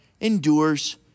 endures